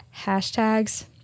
hashtags